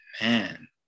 Man